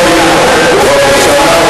חברי הכנסת.